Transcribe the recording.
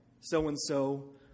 so-and-so